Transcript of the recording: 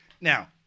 Now